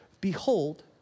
Behold